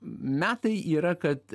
metai yra kad